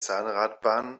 zahnradbahn